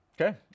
Okay